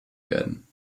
werden